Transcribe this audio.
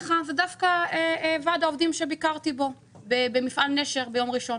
ועד העובדים שביקרתי במפעל נשר ביום ראשון.